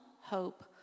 hope